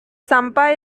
sampah